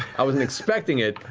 i wasn't expecting it,